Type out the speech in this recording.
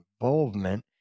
involvement